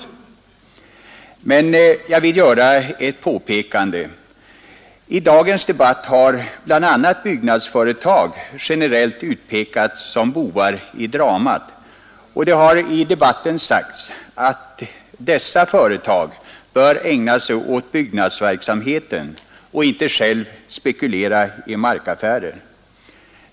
Jag vill emellertid göra ett påpekande. I dagens debatt har bl.a. byggnadsföretag generellt utpekats som bovar i dramat, och det har sagts att dessa företag bör ägna sig åt byggnadsverksamhet och inte själva spekulera i markaffärer.